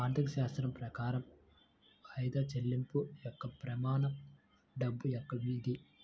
ఆర్థికశాస్త్రం ప్రకారం వాయిదా చెల్లింపు యొక్క ప్రమాణం డబ్బు యొక్క విధి